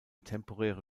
temporäre